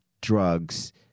drugs